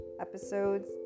Episodes